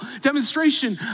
demonstration